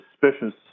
suspicious